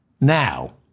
now